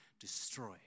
destroy